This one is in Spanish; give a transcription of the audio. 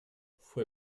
fue